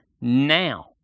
now